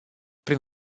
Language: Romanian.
prin